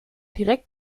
direkt